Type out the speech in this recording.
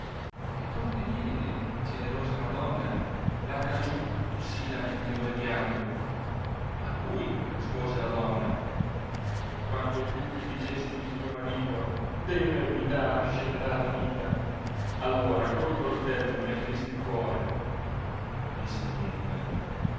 e donde viene generosa madonna la cagione di sì lamentevole pianto a cui rispose la donna quando tu mi dicesti il mio marito devermi dar scellerata vita allora col coltello mi apristi il cuore disse finetta